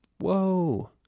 Whoa